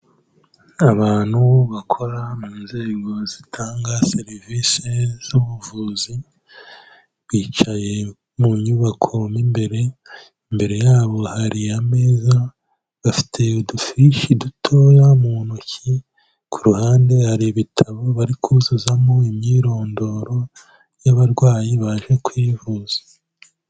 Abantu bakora mu nzego zitanga serivisi z'ubuvuzi, bicaye mu nyubako mo imbere, imbere yabo hari ameza, bafite udufirishi dutoya mu ntoki, ku ruhande hari ibitabo bari kuzuzamo imyirondoro y'abarwayi baje kwivuza.